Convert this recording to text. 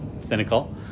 cynical